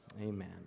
Amen